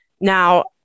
Now